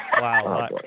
Wow